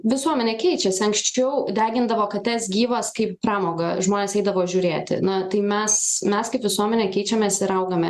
visuomenė keičiasi anksčiau degindavo kates gyvas kaip pramogą žmonės eidavo žiūrėti na tai mes mes kaip visuomenė keičiamės ir augame